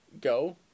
go